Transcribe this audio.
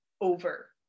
over